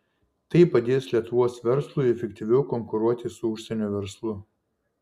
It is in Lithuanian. tai padės lietuvos verslui efektyviau konkuruoti su užsienio verslu